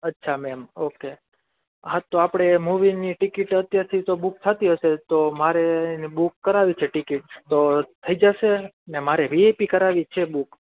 અચ્છા ma'am okay હાં તો આપણે મુવીની ટીકીટ અત્યારથી તો બુક થતી હશે તો મારે એને બુક કરાવવી છે ટીકીટ તો થઈ જાશેને મારે વિઆઈપી કરાવવી છે બુક